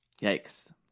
Yikes